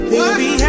Baby